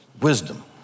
wisdom